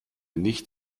nicht